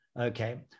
okay